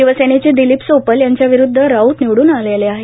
शिवसेनेचे दिलीप सोपल यांच्याविरोधात राऊत निवडून आले आहेत